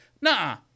Nah